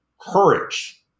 courage